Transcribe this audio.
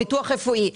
וביטוח רפואי.